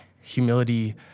Humility